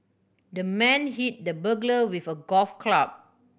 the man hit the burglar with a golf club